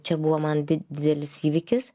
čia buvo man didelis įvykis